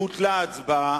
בוטלה ההצבעה,